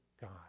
God